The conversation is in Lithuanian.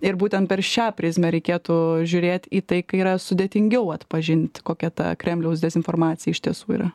ir būtent per šią prizmę reikėtų žiūrėt į tai kai yra sudėtingiau atpažint kokia ta kremliaus dezinformacija iš tiesų yra